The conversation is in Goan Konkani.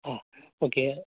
आं ओके